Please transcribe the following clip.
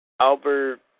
Albert